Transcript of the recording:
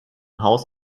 haus